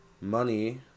money